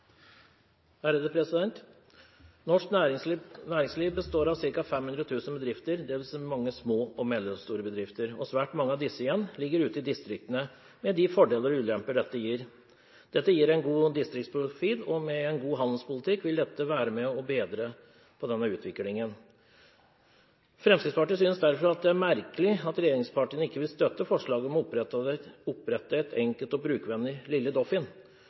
Norsk næringsliv består av ca. 500 000 bedrifter, dvs. mange små og mellomstore bedrifter, og svært mange av disse igjen ligger ute i distriktene, med de fordeler og ulemper dette gir. Dette gir en god distriktsprofil, og med en god handelspolitikk vil dette være med på å bedre denne utviklingen. Fremskrittspartiet synes derfor det er merkelig at regjeringspartiene ikke vil støtte forslaget om å opprette et enkelt og brukervennlig Lille Doffin.